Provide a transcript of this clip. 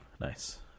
Nice